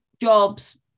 jobs